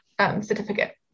certificate